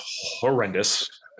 horrendous